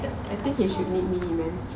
I think he should meet me man